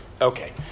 Okay